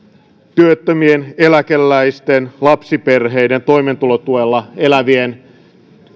työttömien eläkeläisten lapsiperheiden toimeentulotuella elävien